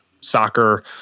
soccer